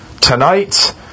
tonight